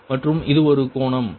மற்றும் இது ஒரு கோணம் மைனஸ் 1